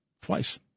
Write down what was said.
twice